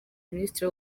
minisitiri